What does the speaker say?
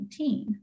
2019